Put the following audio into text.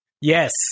Yes